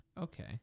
Okay